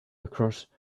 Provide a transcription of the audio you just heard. across